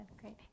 great